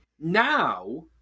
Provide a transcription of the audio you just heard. now